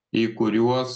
į kuriuos